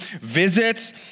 visits